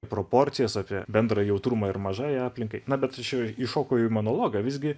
proporcijas apie bendrą jautrumą ir mažai aplinkai na bet aš jau įšokau į monologą visgi